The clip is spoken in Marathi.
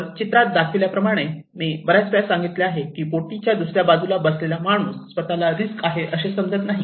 वर चित्रात दाखवल्या प्रमाणे मी बऱ्याच वेळा सांगितले आहे की बोटीच्या दुसऱ्या बाजूला बसलेला माणूस स्वतःला रिस्क आहे असे समजत नाही